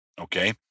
okay